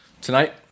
Tonight